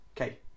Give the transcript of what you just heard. Okay